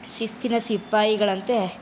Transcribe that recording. ಶಿಸ್ತಿನ ಸಿಪಾಯಿಗಳಂತೆ